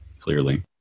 clearly